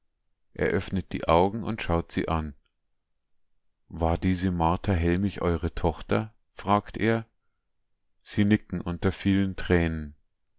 öffnet die augen und schaut sie an war diese martha hellmich eure tochter fragt er sie nicken unter vielen tränen